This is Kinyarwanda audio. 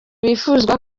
bifuza